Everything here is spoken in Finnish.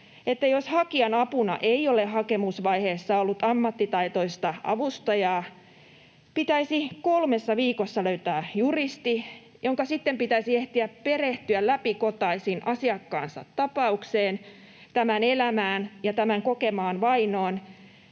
jos hakijan apuna ei ole hakemusvaiheessa ollut ammattitaitoista avustajaa, pitäisi kolmessa viikossa löytää juristi, jonka sitten pitäisi ehtiä perehtyä läpikotaisin asiakkaansa tapaukseen, tämän elämään ja tämän kokemaan vainoon